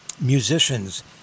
musicians